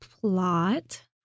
Plot